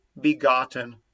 begotten